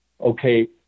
okay